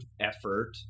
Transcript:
effort